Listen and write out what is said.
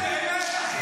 אתם באמת,